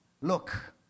Look